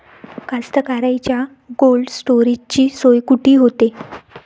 कास्तकाराइच्या कोल्ड स्टोरेजची सोय कुटी होते?